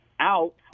out